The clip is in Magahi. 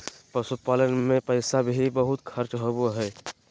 पशुपालन मे पैसा भी बहुत खर्च होवो हय